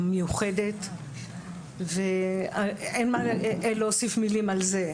המיוחדת ואין מה להוסיף מילים על זה,